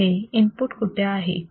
इथे इनपुट कुठे आहे